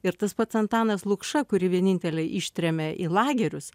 ir tas pats antanas lukša kuri vienintelė ištrėmė į lagerius